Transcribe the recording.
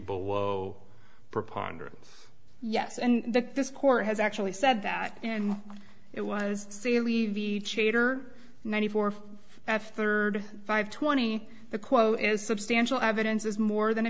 below preponderance yes and that this court has actually said that and it was c levy chaytor ninety four that third five twenty the quote is substantial evidence is more than a